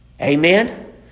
Amen